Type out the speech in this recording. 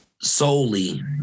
solely